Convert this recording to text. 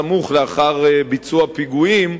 סמוך לאחר ביצוע פיגועים,